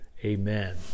Amen